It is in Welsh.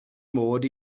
mod